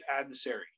adversary